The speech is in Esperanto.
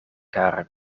kara